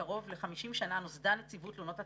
קרוב ל-50 שנים נוסדה נציבות תלונות הציבור,